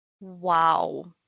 Wow